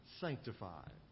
sanctified